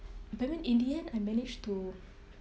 but then in the end I managed to